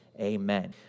amen